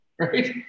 Right